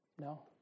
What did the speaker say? No